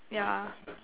yeah